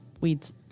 weeds